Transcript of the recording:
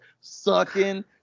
sucking